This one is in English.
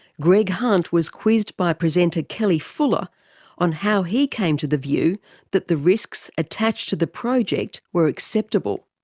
greg hunt was quizzed by presenter kelly fuller on how he came to the view that the risks attached to the project were acceptable.